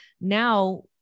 now